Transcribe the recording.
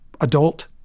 adult